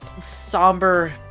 somber